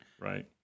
Right